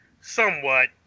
Somewhat